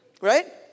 Right